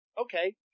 Okay